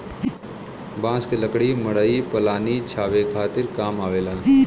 बांस क लकड़ी मड़ई पलानी छावे खातिर काम आवेला